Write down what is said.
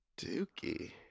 Dookie